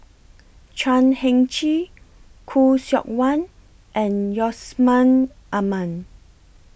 Chan Heng Chee Khoo Seok Wan and Yusman Aman